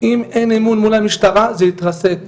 אם אין אמון מול המשטרה, זה יתרסק,